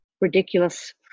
ridiculous